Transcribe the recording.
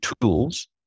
tools